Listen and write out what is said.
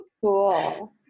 Cool